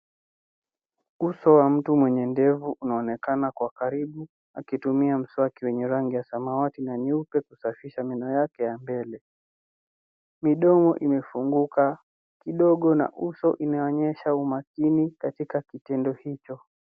Uso wa mtu wenye ndevu unaonekana kwa karibu akitumia mswaki wenye rangi ya samawati na nyeupe kusafisha meno yake ya mbele. Midomo imefunguka kidogo na uso unaonyesha umakini katika kitendo hicho.